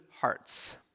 hearts